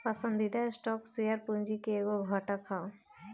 पसंदीदा stock share पूंजी के एगो घटक ह